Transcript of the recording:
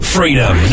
Freedom